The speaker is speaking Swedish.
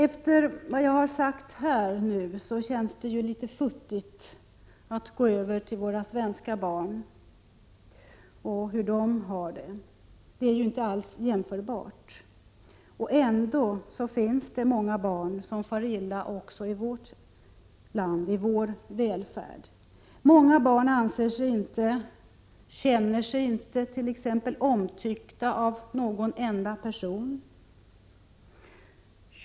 Efter vad jag sagt nu känns det futtigt att gå över till våra svenska barn och hur de har det. Det är ju inte alls jämförbart. Ändå finns det många barn som far illa också i vårt land, i vår välfärd. Många barn anser sig inte, känner sig inte, omtyckta av någon enda person.